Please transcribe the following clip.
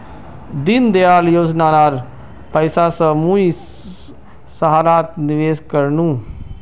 दीनदयाल योजनार पैसा स मुई सहारात निवेश कर नु